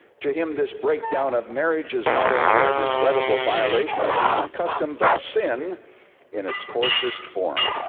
to him, this breakdown of marriage is not only a regrettable violation of human custom, but sin in its coarsest form.